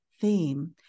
theme